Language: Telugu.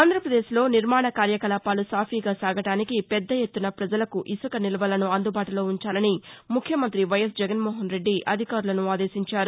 ఆంధ్రప్రదేశ్లో నిర్మాణ కార్యకలాపాలు సాఫీగా సాగడానికి పెద్దఎత్తున ప్రజలకు ఇసుక నిల్వలను అందుబాటులో ఉంచాలని ముఖ్యమంతి వైయస్ జగన్మోహన్ రెడ్డి అధికారులను ఆదేశించారు